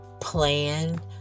plan